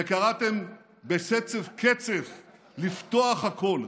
קראתם בשצף קצף לפתוח הכול.